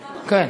כן.